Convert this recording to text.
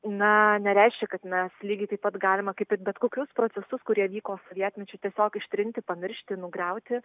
na nereiškia kad mes lygiai taip pat galima kaip ir bet kokius procesus kurie vyko sovietmečiu tiesiog ištrinti pamiršti nugriauti